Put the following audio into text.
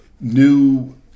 new